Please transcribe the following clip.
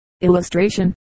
Illustration